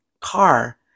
car